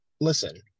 listen